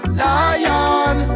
lion